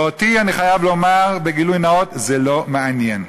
ואותי, אני חייב לומר בגילוי נאות, זה לא מעניין.